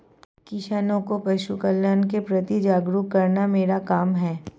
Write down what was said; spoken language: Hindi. किसानों को पशुकल्याण के प्रति जागरूक करना मेरा काम है